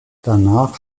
danach